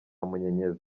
munyenyezi